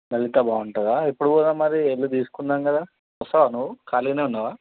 లలిత బాగుంటుందా ఎప్పుడు పోదాం మరి ఏందో తీసుకున్నాం కదా వస్తావా నువ్వు ఖాళీగనే ఉన్నావా